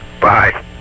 Bye